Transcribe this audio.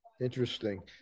Interesting